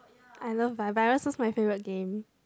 I love vi~ virus was my favourite game